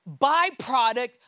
byproduct